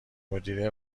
مدیره